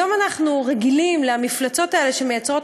כיום אנחנו רגילים למפלצות האלה שמייצרות